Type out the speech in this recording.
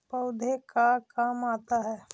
पौधे का काम आता है?